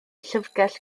llyfrgell